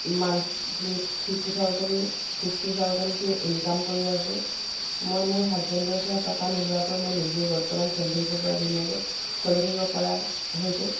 monthly fifty thousand sixty থাউজেণ্ডকে income কৰি আছোঁ মই মোৰ হাজবেণ্ডৰ পৰা টকা নোলোৱাকৈ মই নিজেই বৰ্তমান চলি থাকিব পৰা ধুনীয়াকৈ চলি থাকিব পৰা হৈছোঁ